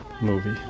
movie